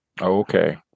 Okay